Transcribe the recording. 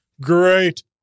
great